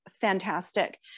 fantastic